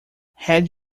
had